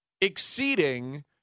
exceeding